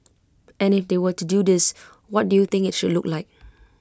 and if they were to do this what do you think IT should look like